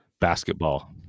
basketball